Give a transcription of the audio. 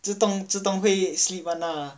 自动自动会 sleep [one] ah